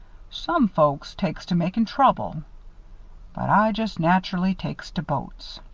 some folks takes to makin' trouble but i just naturally takes to boats.